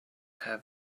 have